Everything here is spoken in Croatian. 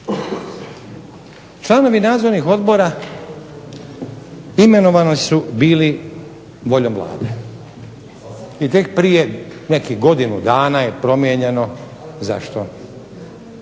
Članovi nadzornih odbora imenovani su bili voljom Vlade. I tek prije godinu dana je primijenjeno zašto?